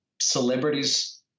celebrities